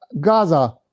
Gaza